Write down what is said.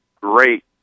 great